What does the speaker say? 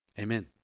Amen